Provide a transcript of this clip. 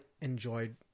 enjoyed